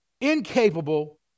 incapable